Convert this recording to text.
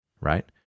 Right